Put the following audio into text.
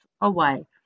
away